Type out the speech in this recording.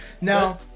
Now